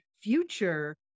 future